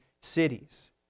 cities